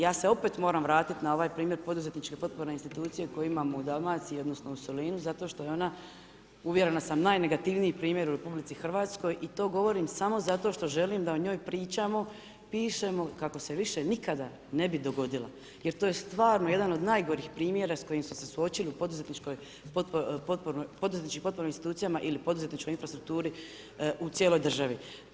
Ja se opet moram vratiti na ovaj primjer poduzetničke potporne institucije koju imamo u Dalmaciju odnosno u Solinu zato što je ona, uvjerena sam, najnegativniji primjer u RH i to govorimo samo zato što želim da o njoj pričamo, pišemo kako se više nikada ne bi dogodila jer to je stvarno jedan od najgorih primjera s kojima su se suočili u poduzetničkim potpornim institucijama ili poduzetničkoj infrastrukturi u cijeloj državi.